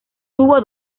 tuvo